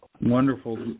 Wonderful